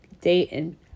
Dayton